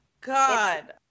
God